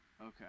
Okay